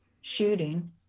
shooting